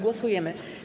Głosujemy.